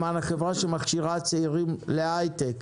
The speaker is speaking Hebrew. החברה שמכשירה צעירים להייטק,